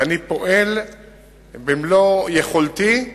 ואני פועל במלוא יכולתי,